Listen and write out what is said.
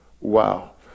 Wow